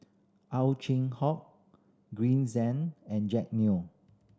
Ow Chin Hock Green Zeng and Jack Neo